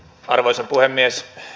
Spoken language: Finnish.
arvoisa puhemies